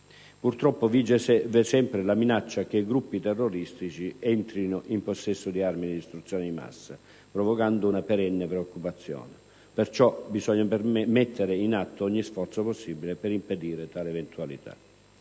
Purtroppo vige sempre la minaccia che gruppi terroristici entrino in possesso di armi di distruzione di massa, provocando una perenne preoccupazione; perciò, bisogna mettere in atto ogni sforzo possibile per impedire tale eventualità.